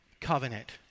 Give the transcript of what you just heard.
covenant